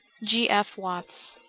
g. f, watts